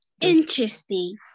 Interesting